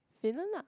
Finland lah